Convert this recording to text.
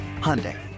Hyundai